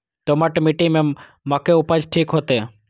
दोमट मिट्टी में मक्के उपज ठीक होते?